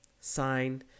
Sign